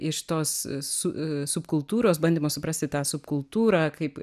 iš tos su subkultūros bandymo suprasti tą subkultūrą kaip